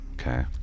okay